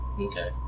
okay